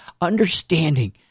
understanding